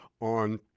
on